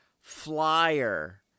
flyer